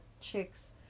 chicks